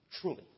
truly